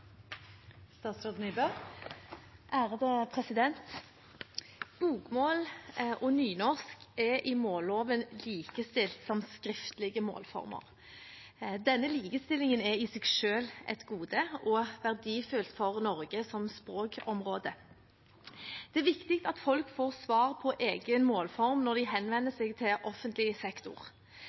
i målloven likestilt som skriftlige målformer. Denne likestillingen er i seg selv et gode – og verdifullt for Norge som språkområde. Det er viktig at folk får svar på sin egen målform når de henvender seg til offentlig sektor.